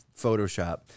Photoshop